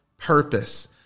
purpose